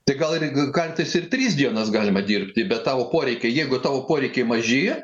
tai gal ir kantis ir tris dienas galima dirbti bet tavo poreikiai jeigu tavo poreikiai maži